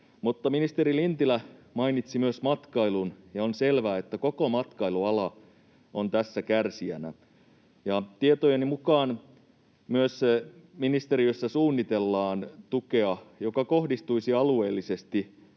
Ministeri Lintilä mainitsi myös matkailun, ja on selvää, että koko matkailuala on tässä kärsijänä. Tietojeni mukaan myös ministeriössä suunnitellaan tukea, joka kohdistuisi alueellisesti,